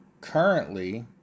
Currently